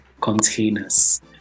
containers